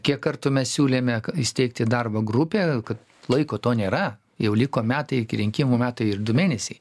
kiek kartų mes siūlėme įsteigti darbo grupę kad laiko to nėra jau liko metai iki rinkimų metai ir du mėnesiai